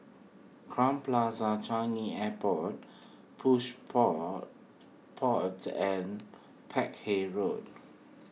Crowne Plaza Changi Airport Plush poor Pods and Peck Hay Road